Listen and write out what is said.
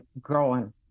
growing